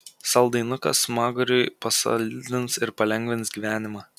saldainukas smaguriui pasaldins ir palengvins gyvenimą